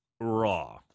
raw